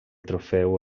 trofeu